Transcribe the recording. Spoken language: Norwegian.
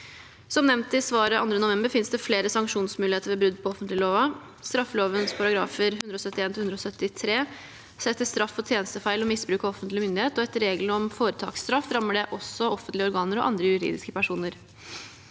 Som nevnt i svaret 2. november finnes det flere sanksjonsmuligheter ved brudd på offentleglova. Straffeloven §§ 171–173 setter straff for tjenestefeil og misbruk av offentlig myndighet, og etter reglene om foretaksstraff rammer det også offentlige organer og andre juridiske personer.